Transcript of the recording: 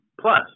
plus